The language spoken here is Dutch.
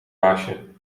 baasje